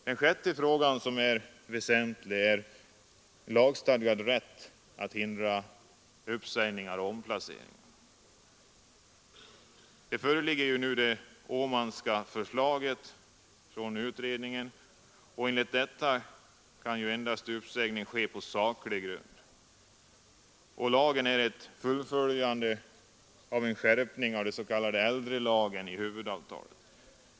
Den sjätte frågan som är väsentlig är lagstadgad rätt att hindra uppsägningar och omplaceringar. Det föreligger nu ett lagförslag om anställningstrygghet, det s.k. Åmanska förslaget. Enligt detta kan uppsägning ske endast på ”saklig grund”. Lagen är ett fullföljande och en skärpning av den s.k. äldrelagen i huvudavtalet.